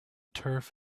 turf